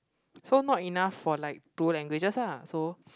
so not enough for like two languages ah so